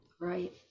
Right